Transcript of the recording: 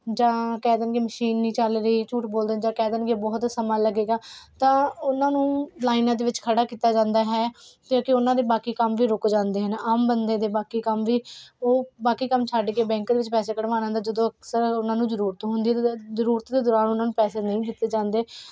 ਜਾਂ ਕਹਿ ਦੇਣਗੇ ਮਸ਼ੀਨ ਨਹੀਂ ਚੱਲ ਰਹੀ ਝੂਠ ਬੋਲਦੇ ਜਾਂ ਕਹਿ ਦੇਣਗੇ ਬਹੁਤ ਸਮਾਂ ਲੱਗੇਗਾ ਤਾਂ ਉਹਨਾਂ ਨੂੰ ਲਾਈਨਾਂ ਦੇ ਵਿੱਚ ਖੜ੍ਹਾ ਕੀਤਾ ਜਾਂਦਾ ਹੈ ਕਿਉਂਕਿ ਉਹਨਾਂ ਦੇ ਬਾਕੀ ਕੰਮ ਵੀ ਰੁਕ ਜਾਂਦੇ ਹਨ ਆਮ ਬੰਦੇ ਦੇ ਬਾਕੀ ਕੰਮ ਵੀ ਉਹ ਬਾਕੀ ਕੰਮ ਛੱਡ ਕੇ ਬੈਂਕ ਦੇ ਵਿੱਚ ਪੈਸੇ ਕਢਵਾਉਣ ਆਉਂਦਾ ਜਦੋਂ ਅਕਸਰ ਉਹਨਾਂ ਨੂੰ ਜ਼ਰੂਰਤ ਹੁੰਦੀ ਅਤੇ ਜ਼ਰੂਰਤ ਦੇ ਦੌਰਾਨ ਉਹਨਾਂ ਨੂੰ ਪੈਸੇ ਨਹੀਂ ਦਿੱਤੇ ਜਾਂਦੇ